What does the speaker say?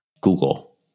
Google